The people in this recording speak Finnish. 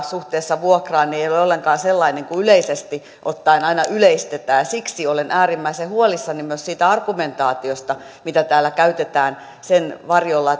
suhteessa vuokraan ei ole ollenkaan sellainen kuin yleisesti ottaen aina yleistetään siksi olen äärimmäisen huolissani myös siitä argumentaatiosta mitä täällä käytetään sen varjolla